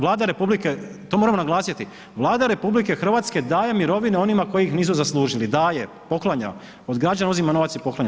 Vlada republike, to moramo naglasiti, Vlada RH daje mirovine onima koji ih nisu zaslužili, daje, poklanja, od građana uzima novac i poklanja.